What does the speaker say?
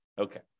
Okay